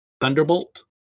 Thunderbolt